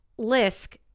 Lisk